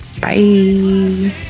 bye